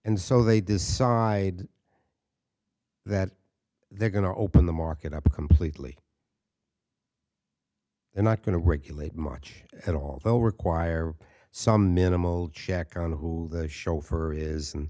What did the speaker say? and so they decide that they're going to open the market up completely they're not going to regulate much at all they'll require some minimal check on who'll the chauffeur is